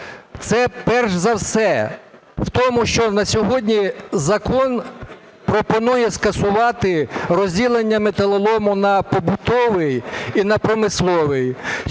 Це, перш за все, в тому, що на сьогодні закон пропонує скасувати розділення металолому на побутовий і на промисловий.